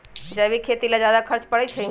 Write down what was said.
जैविक खेती ला ज्यादा खर्च पड़छई?